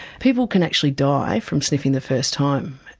people can actually die from sniffing the first time,